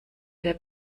der